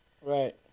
Right